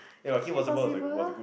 Kim Possible